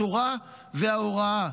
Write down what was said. התורה וההוראה.